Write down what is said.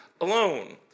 alone